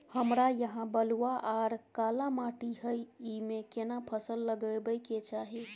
हमरा यहाँ बलूआ आर काला माटी हय ईमे केना फसल लगबै के चाही?